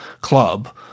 club